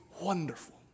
wonderful